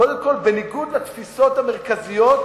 בניגוד לתפיסות המרכזיות